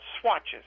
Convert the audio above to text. Swatches